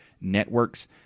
networks